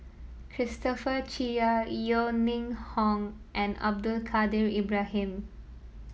Christopher Chia Yeo Ning Hong and Abdul Kadir Ibrahim